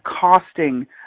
costing